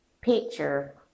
picture